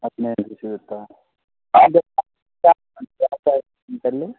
ಅದ್ನೇನು ಬಿಸಿ ಇರುತ್ತೆ